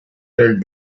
elle